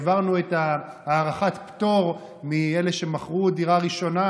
העברנו את הארכת הפטור לאלה שמכרו דירה ראשונה